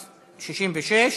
14)